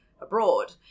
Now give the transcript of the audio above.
abroad